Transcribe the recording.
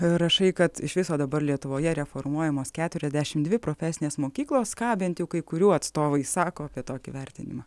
rašai kad iš viso dabar lietuvoje reformuojamos keturiasdešim dvi profesinės mokyklos ką bent jau kai kurių atstovai sako apie tokį vertinimą